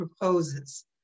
proposes